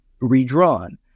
redrawn